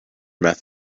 method